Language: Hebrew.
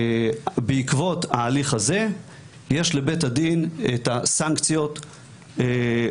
ובעקבות ההליך הזה יש לבית הדין את הסנקציות הדרמטיות,